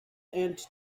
and